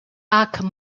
hac